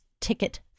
ticket